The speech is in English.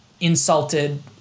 insulted